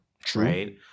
True